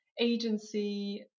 agency